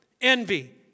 envy